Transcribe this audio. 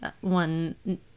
one